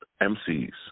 MCs